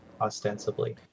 ostensibly